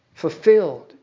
Fulfilled